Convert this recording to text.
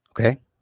Okay